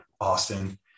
Austin